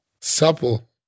Supple